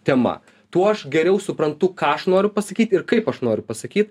tema tuo aš geriau suprantu ką aš noriu pasakyt ir kaip aš noriu pasaky